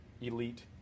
elite